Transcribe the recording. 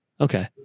Okay